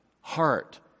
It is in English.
heart